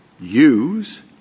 use —